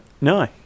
no